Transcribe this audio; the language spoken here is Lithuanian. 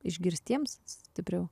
išgirstiems stipriau